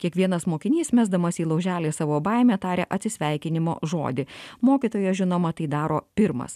kiekvienas mokinys mesdamas į lauželį savo baimę taria atsisveikinimo žodį mokytojas žinoma tai daro pirmas